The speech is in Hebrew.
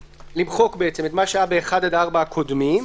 למחוק את מה שהיה ב-(1) עד (4) הקודמים.